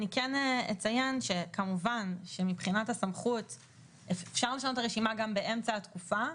אני אציין שמבחינת הסמכות אפשר לשנות את הרשימה גם באמצע התקופה,